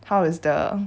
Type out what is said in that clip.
how is the